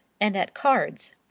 and at cards,